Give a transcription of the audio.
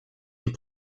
une